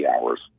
hours